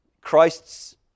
Christ's